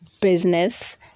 business